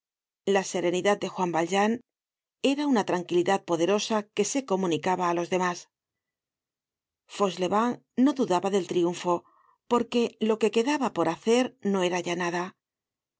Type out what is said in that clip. la serenidad de juan valjean era una tranquilidad poderosa que se comunicaba á los demás fauchelevent no dudaba del triunfo porque lo que quedaba por hacer no era ya nada